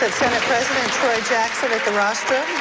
senate president troy jackson at the rostrum,